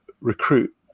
recruit